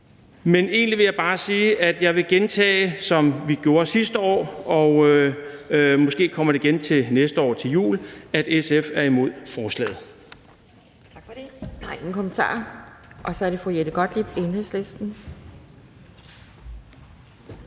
Men egentlig vil jeg bare gentage det, vi sagde sidste år – og måske kommer det igen næste år til jul – nemlig at SF er imod forslaget.